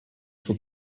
for